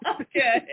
Okay